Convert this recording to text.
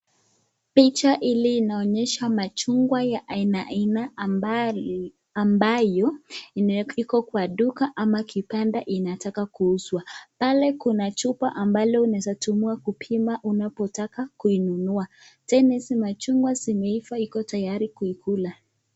Picha hili linaonyesha machungwa ya aina aina ambayo iko kwa duka ama kibanda inataka kuuzwa. Pale kuna chupa ambalo linaeza tumiwa kupima unapotaka kuinunua. Tena hizi machungwa zimeiva iko tayari kuikula.